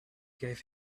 gave